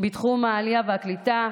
בתחום העלייה והקליטה,